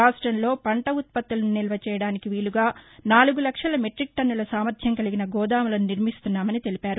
రాష్టంలో పంట ఉత్పత్తులను నిల్వ చేయడానికి వీలుగా నాలుగు లక్షల మెట్టిక్ టన్నుల సామర్యం కలిగిన గోదాములను నిర్మిస్తున్నామని తెలిపారు